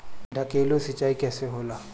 ढकेलु सिंचाई कैसे होला?